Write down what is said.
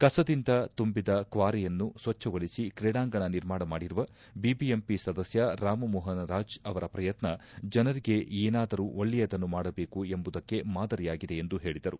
ಕಸದಿಂದ ತುಂಬಿದ ಕ್ವಾರೆಯನ್ನು ಸ್ವಚ್ಛಗೊಳಿಸಿ ಕ್ರೀಡಾಂಗಣ ನಿರ್ಮಾಣ ಮಾಡಿರುವ ಬಿಬಿಎಂಪಿ ಸದಸ್ಯ ರಾಮಮೋಪನ್ ರಾಜ್ ಅವರ ಶ್ರಯತ್ನ ಜನರಿಗೆ ಏನಾದರೂ ಒಳ್ಳೆಯದನ್ನು ಮಾಡಬೇಕು ಎಂಬುದಕ್ಕೆ ಮಾದರಿಯಾಗಿದೆ ಎಂದು ಹೇಳಿದರು